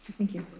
thank you.